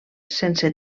sense